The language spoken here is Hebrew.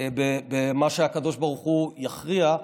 במה שהקדוש ברוך הוא יכריע,